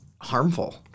harmful